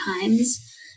Times